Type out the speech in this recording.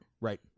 right